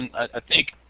and i think